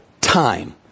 time